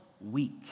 week